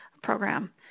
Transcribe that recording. program